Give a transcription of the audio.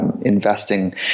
investing